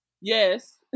Yes